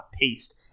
paste